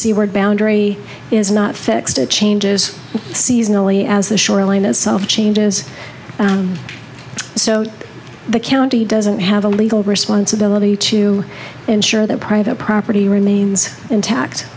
seaward boundary is not fixed it changes seasonally as the shoreline itself changes so the county doesn't have a legal responsibility to ensure that private property remains